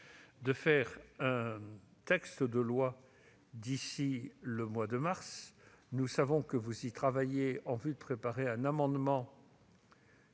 de déposer un texte de loi d'ici au mois de mars. Nous savons que vous y travaillez en préparant un amendement